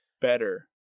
better